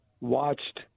watched